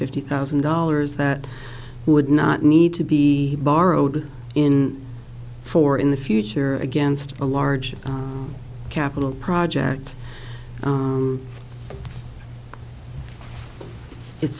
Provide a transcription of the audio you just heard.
fifty thousand dollars that would not need to be borrowed in for in the future against a large capital project